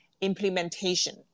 implementation